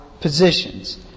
positions